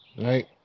right